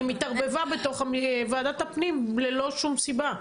התערבבה בתוך ועדת הפנים ללא שום סיבה,